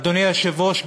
אדוני היושב-ראש,